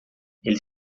ele